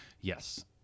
yes